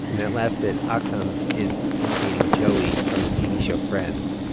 that last bit, ah aktham is imitating joey from the tv show friends.